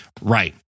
right